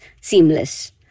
seamless